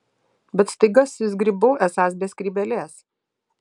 bet staiga susizgribau esąs be skrybėlės